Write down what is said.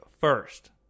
first